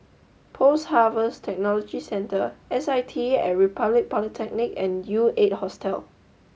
Post Harvest Technology Centre S I T at Republic Polytechnic and U Eight Hostel